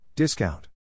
Discount